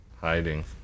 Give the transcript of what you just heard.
Hiding